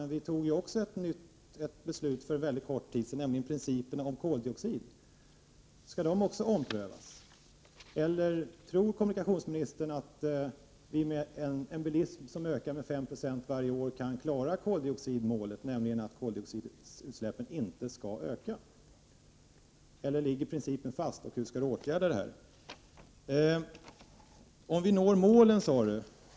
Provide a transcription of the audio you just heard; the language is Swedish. Men riksdagen fattade för en kort tid sedan även beslut om principerna när det gäller koldioxidutsläppen. Skall detta beslut också omprövas, eller tror kommunikationsministern att vi med en bilism som ökar med 5 9 varje år skall kunna klara koldioxidmålet, nämligen att koldioxidutsläppen inte skall öka, eller ligger principen fast? Hur skall kommunikationsministern åtgärda detta? Om vi når målen, sade kommunikationsministern.